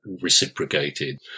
reciprocated